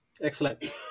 Excellent